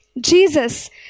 Jesus